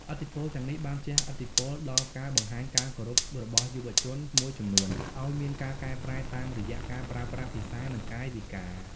ឥទ្ធិពលទាំងនេះបានជះឥទ្ធិពលដល់ការបង្ហាញការគោរពរបស់យុវជនមួយចំនួន ឲ្យមានការប្រែប្រួលតាមរយៈការប្រើប្រាស់ភាសា និងកាយវិការ។